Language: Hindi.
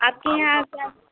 आपके यहाँ क्या